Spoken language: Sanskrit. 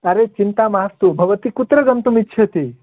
अरे चिन्ता मास्तु भवती कुत्र गन्तुम् इच्छति